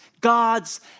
God's